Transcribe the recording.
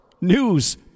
News